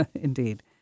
Indeed